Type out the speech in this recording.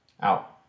out